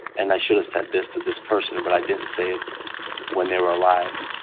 and i should've said this to this person, but i didn't say it when they were alive,